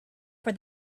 for